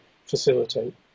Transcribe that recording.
Facilitate